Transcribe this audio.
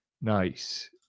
nice